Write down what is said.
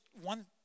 one